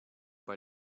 bei